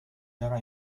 darà